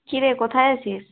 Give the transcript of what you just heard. কি রে কোথায় আছিস